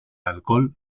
alcohol